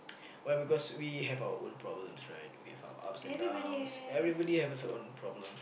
why because we have our own problems right we have our ups and downs everybody haves own problems